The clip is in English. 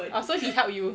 orh so he helped you